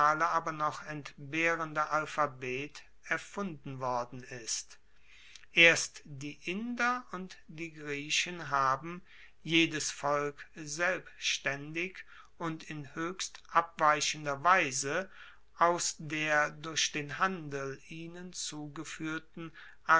aber noch entbehrende alphabet erfunden worden ist erst die inder und die griechen haben jedes volk selbstaendig und in hoechst abweichender weise aus der durch den handel ihnen zugefuehrten